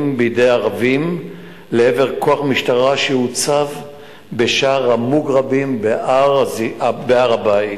בידי ערבים לעבר כוח משטרה שהוצב בשער המוגרבים בהר-הבית.